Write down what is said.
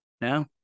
No